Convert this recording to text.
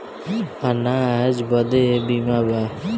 अनाज बदे बीमा बा